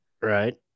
Right